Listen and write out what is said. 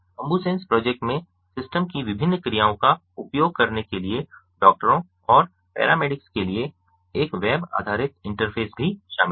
AmbuSens project में system की विभिन्न क्रियाओं का उपयोग करने के लिए डॉक्टरों और पैरामेडिक्स के लिए एक वेब आधारित इंटरफ़ेस भी शामिल है